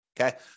Okay